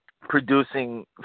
producing